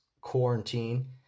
quarantine